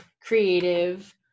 creative